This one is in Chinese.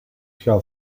票房